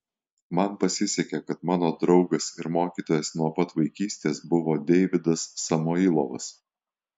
man pasisekė kad mano draugas ir mokytojas nuo pat vaikystės buvo deividas samoilovas